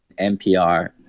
NPR